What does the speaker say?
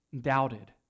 doubted